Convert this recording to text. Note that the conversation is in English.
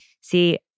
See